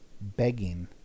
begging